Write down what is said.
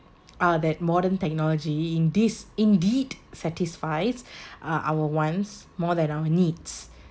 uh that modern technology in this indeed satisfies uh our wants more than our needs